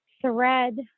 thread